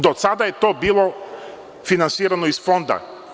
Do sada je to bilo finansirano iz Fonda.